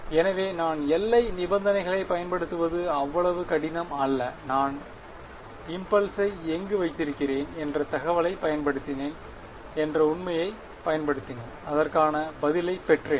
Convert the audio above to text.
எனவே நான் எல்லை நிபந்தனைகளைப் பயன்படுத்துவது அவ்வளவு கடினம் அல்ல நான் இம்பெல்ஸை எங்கு வைத்திருக்கிறேன் என்ற தகவலைப் பயன்படுத்தினேன் என்ற உண்மையைப் பயன்படுத்தினேன் அதற்கான பதிலைப் பெற்றேன்